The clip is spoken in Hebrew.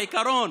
העיקרון,